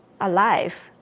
alive